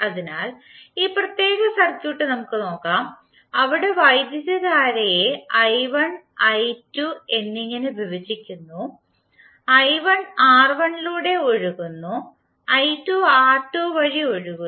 അതിനാൽ ഈ പ്രത്യേക സർക്യൂട്ട് നമുക്ക് നോക്കാം അവിടെ വൈദ്യുതധാരയെ i1 i2 എന്നിങ്ങനെ വിഭജിക്കുന്നു i1 R1 ലൂടെ ഒഴുകുന്നു i2 R2 വഴി ഒഴുകുന്നു